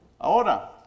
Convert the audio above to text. Ahora